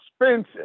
expensive